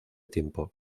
tiempo